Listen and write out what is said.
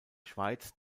schweiz